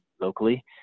locally